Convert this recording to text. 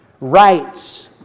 rights